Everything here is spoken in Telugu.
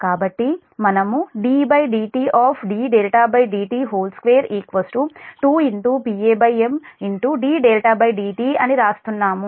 కాబట్టి మనము ddt dδdt2 2 PaM dδdt అని వ్రాస్తున్నాము